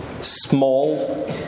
small